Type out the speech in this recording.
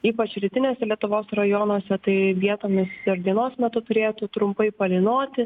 ypač rytiniuose lietuvos rajonuose tai vietomis ir dienos metu turėtų trumpai palynoti